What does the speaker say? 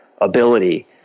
ability